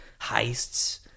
heists